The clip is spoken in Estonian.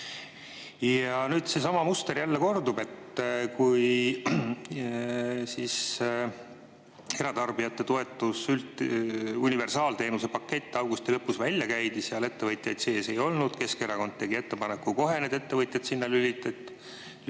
Ja nüüd seesama muster jälle kordub. Kui eratarbijate toetus, universaalteenuse pakett, augusti lõpus välja käidi, seal ettevõtjaid sees ei olnud. Keskerakond tegi ettepaneku kohe need ettevõtjad sinna lülitada,